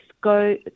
go